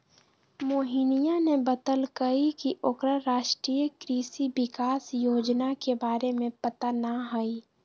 मोहिनीया ने बतल कई की ओकरा राष्ट्रीय कृषि विकास योजना के बारे में पता ना हई